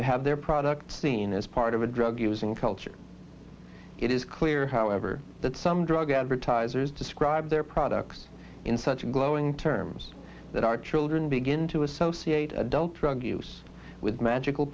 to have their product seen as part of a drug using culture it is clear however that some drug advertisers describe their products in such glowing terms that our children begin to associate adult drug use with magical